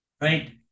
right